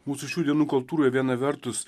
mūsų šių dienų kultūroj viena vertus